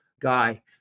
guy